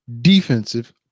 defensive